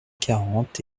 quarante